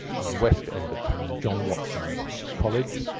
on the western end of town, john watson's college,